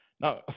Now